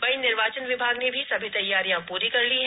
वहीं निर्वाचन विभाग ने सभी तैयारियां पूरी कर ली है